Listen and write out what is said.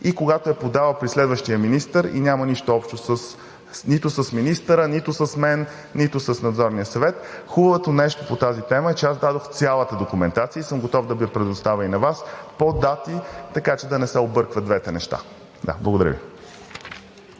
и когато е подала при следващия министър и няма нищо общо нито с министъра, нито с мен, нито с Надзорния съвет. Хубавото нещо по тази тема е, че аз дадох цялата документация и съм готов да я предоставя и на Вас по дати, така че да не се объркват двете неща. Благодаря Ви.